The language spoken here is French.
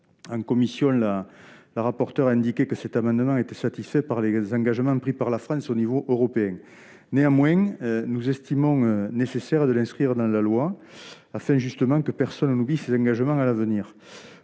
En commission, Mme la rapporteure pour avis a indiqué que cet amendement était satisfait par les engagements pris par la France à l'échelon européen. Néanmoins, nous estimons nécessaire d'inscrire son dispositif dans la loi afin, justement, que personne n'oublie ces engagements à l'avenir.